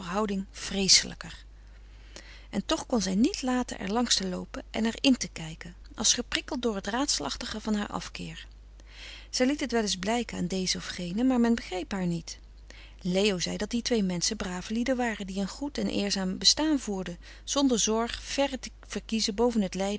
vreeselijker en toch kon zij niet laten er langs te loopen en er in te kijken als geprikkeld door het raadselachtige van haar afkeer zij liet het wel eens blijken aan dezen of genen maar men begreep haar niet leo zei dat die twee menschen brave lieden waren die een goed en eerzaam bestaan voerden zonder zorg verre te verkiezen boven het lijden